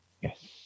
Yes